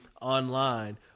online